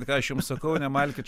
ką aš jums sakau nemalkit